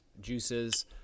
juices